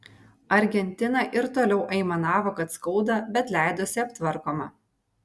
argentina ir toliau aimanavo kad skauda bet leidosi aptvarkoma